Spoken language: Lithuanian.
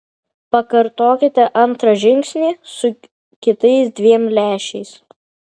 pakartokite antrą žingsnį su kitais dviem lęšiais